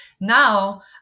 now